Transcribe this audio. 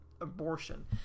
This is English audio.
abortion